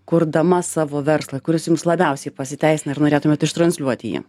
kurdama savo verslą kuris jums labiausiai pasiteisina ir norėtumėt ištransliuoti jį